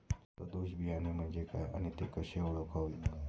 सदोष बियाणे म्हणजे काय आणि ती कशी ओळखावीत?